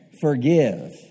Forgive